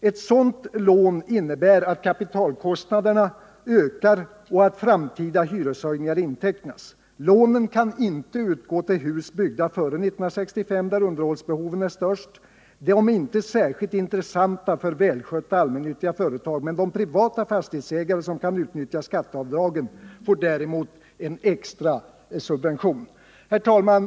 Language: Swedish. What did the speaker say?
Ett sådant lån innebär att kapitalkostnaderna ökar och att framtida hyreshöjningar intecknas. Lånen kan inte utgå till hus byggda före 1965 — där underhållsbehoven är störst. De är inte särskilt intressanta för välskötta allmännyttiga företag. De privata fastighetsägare som kan utnyttja skatteavdragen får däremot en extra subvention. Herr talman!